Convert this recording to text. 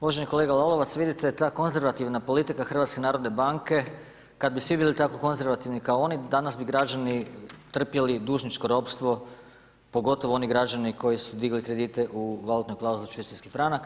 Uvaženi kolega Lalovac, vidite ta konzervativna politika Hrvatske narodne banke, kad bi svi bili tako konzervativni kao oni danas bi građani trpjeli dužničko ropstvo pogotovo oni građani koji su digli kredite u valutnoj klauzuli švicarski franak.